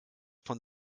von